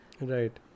Right